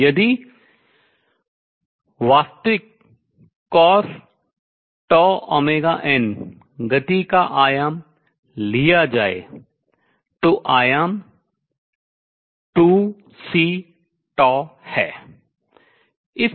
तो यदि वास्तविक cosτωn गति का आयाम लिया जाए तो आयाम 2Cहै